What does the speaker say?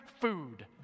food